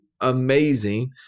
amazing